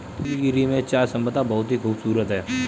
नीलगिरी में चाय संपदा बहुत ही खूबसूरत है